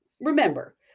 remember